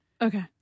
Okay